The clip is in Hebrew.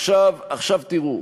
אז ניסיתי לברר,